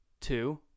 two